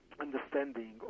understanding